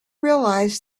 realized